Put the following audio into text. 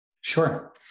Sure